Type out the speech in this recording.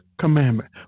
commandment